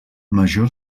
major